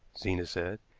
zena said.